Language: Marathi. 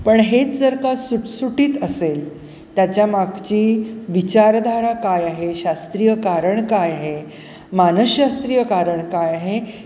पण हेच जर का सुटसुटीत असेल त्याच्या मागची विचारधारा काय आहे शास्त्रीय कारण काय आहे मानसशास्त्रीय कारण काय आहे